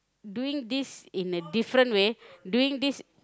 doing this in a different way doing this